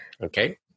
Okay